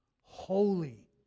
holy